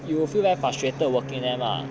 you will feel very frustrated working one ah